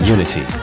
Unity